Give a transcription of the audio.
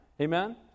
Amen